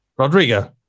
Rodrigo